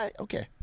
Okay